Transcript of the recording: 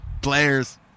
players